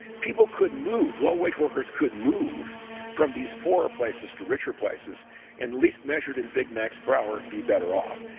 people could move, low wage workers could move from these poorer places to richer places and at least measured in big macs per hour, be better off.